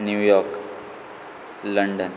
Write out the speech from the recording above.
New York London